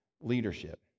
leadership